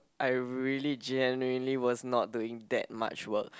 I really genuinely was not doing that much work